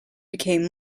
became